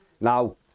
Now